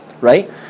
right